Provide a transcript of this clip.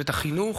ואת החינוך,